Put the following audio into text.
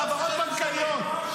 בהעברות בנקאיות.